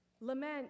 Lament